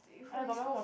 you hold this first